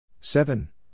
Seven